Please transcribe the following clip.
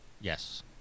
Yes